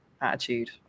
attitude